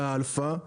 לאלפא,